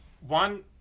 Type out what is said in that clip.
One